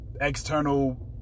external